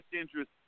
interest